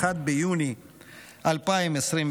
1 ביוני 2024,